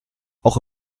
auch